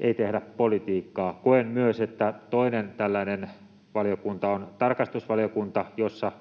ei tehdä politiikkaa. Koen myös, että toinen tällainen valiokunta on tarkastusvaliokunta, jossa